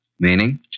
Meaning